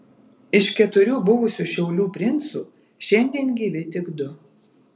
iš keturių buvusių šiaulių princų šiandien gyvi tik du